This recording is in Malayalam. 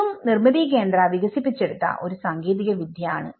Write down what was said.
ഇതും നിർമിതി കേന്ദ്ര വികസിപ്പിച്ചെടുത്ത ഒരു സാങ്കേതികവിദ്യ ആണ്